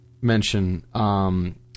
mention